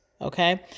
Okay